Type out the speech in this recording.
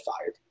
fired